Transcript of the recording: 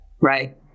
right